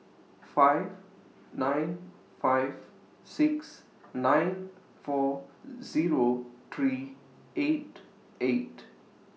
five nine five six nine four Zero three eight eight